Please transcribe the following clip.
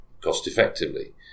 cost-effectively